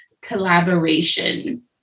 collaboration